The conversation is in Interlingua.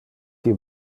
qui